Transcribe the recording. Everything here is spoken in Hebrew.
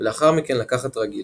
ולאחר מכן לקחת רגיל,